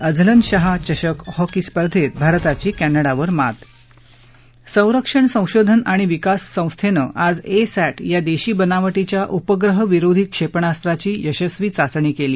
Azlan Shah चषक hockey स्पर्धेत भारताची कॅनडावर मात संरक्षण संशोधन आणि विकास संस्थेनं आज ए सॅट या देशी बनावटीच्या उपग्रह विरोधी क्षेपणास्त्राची यशस्वी चाचणी केली